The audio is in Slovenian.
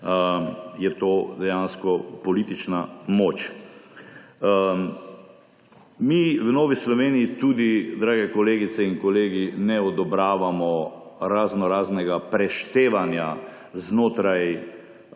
je to dejansko politična moč. Mi v Novi Sloveniji tudi, drage kolegice in kolegi, ne odobravamo raznoraznega preštevanja znotraj